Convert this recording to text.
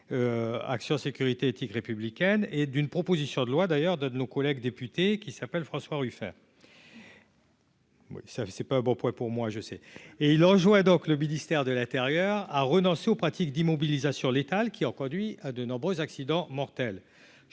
action sécurité éthique républicaine et d'une proposition de loi d'ailleurs de nos collègues députés qui s'appelle François Ruffin. Oui, ça c'est pas un bon point pour moi je sais et il rejoint donc le ministère de l'Intérieur a renoncé aux pratiques d'immobilisation l'étal qui ont conduit à de nombreux accidents mortels,